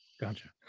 Gotcha